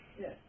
Yes